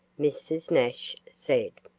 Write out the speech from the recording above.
mrs. nash said.